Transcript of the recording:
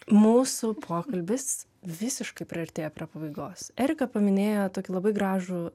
mūsų pokalbis visiškai priartėjo prie pabaigos erika paminėjo tokį labai gražų